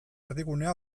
erdigunea